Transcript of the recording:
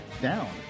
down